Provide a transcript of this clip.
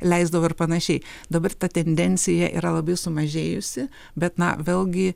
leisdavo ir panašiai dabar ta tendencija yra labai sumažėjusi bet na vėlgi